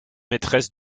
maîtresse